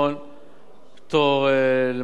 פטור על מכשירים כאלה ואחרים,